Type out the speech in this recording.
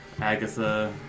Agatha